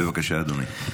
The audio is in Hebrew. בבקשה, אדוני.